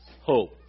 hope